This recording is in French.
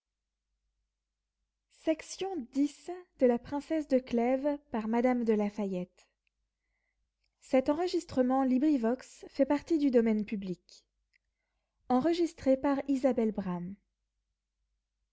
of la princesse de clèves